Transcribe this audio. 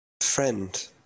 friend